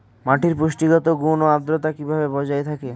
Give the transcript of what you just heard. মাটির পুষ্টিগত গুণ ও আদ্রতা কিভাবে বজায় থাকবে?